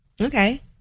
Okay